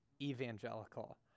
evangelical